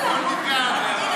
חס וחלילה.